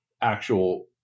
actual